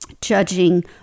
Judging